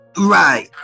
Right